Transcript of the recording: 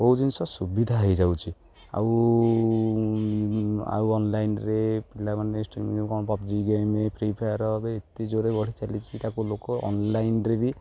ବହୁ ଜିନିଷ ସୁବିଧା ହେଇଯାଉଛି ଆଉ ଆଉ ଅନଲାଇନରେ ପିଲାମାନେ ଷ୍ଟ୍ରିମ୍ କ'ଣ ପବ୍ଜି ଗେମ୍ ଫ୍ରି ଫାୟାର ଏବେ ଏତେ ଜୋରେ ବଢ଼ି ଚାଲିଛି ତାକୁ ଲୋକ ଅନଲାଇନରେ ବି